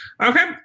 Okay